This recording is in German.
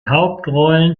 hauptrollen